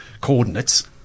coordinates